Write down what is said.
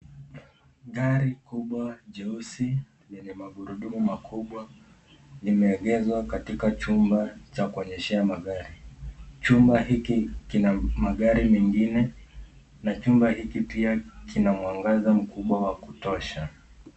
Gari kubwa jeusi lenye magurudumu makubwa imeegezwa katika chumba cha kuegeshea magari. Chumba hiki kina magari mengine na nyumba hiki pia kina mwangaza mkubwa wa kutosha.